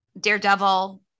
Daredevil